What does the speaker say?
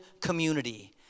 community